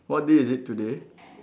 what day is it today